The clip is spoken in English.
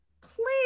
please